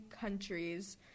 countries